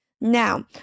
Now